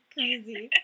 Crazy